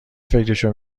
فکرشو